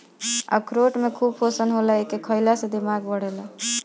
अखरोट में खूब पोषण होला एके खईला से दिमाग बढ़ेला